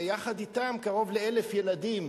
ויחד אתן מגיעים קרוב ל-1,000 ילדים.